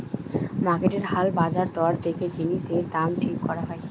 মার্কেটের হাল বাজার দর দেখে জিনিসের দাম ঠিক করা হয়